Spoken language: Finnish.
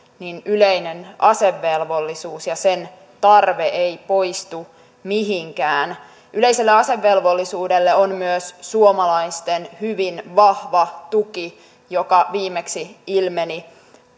niin yleinen asevelvollisuus ja sen tarve eivät poistu mihinkään yleiselle asevelvollisuudelle on myös suomalaisten hyvin vahva tuki mikä viimeksi ilmeni